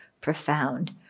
profound